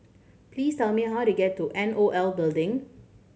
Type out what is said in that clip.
please tell me how to get to N O L Building